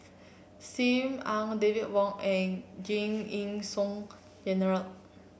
Sim Ann David Wong and Giam Yean Song Gerald